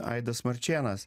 aidas marčėnas